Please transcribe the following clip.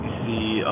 see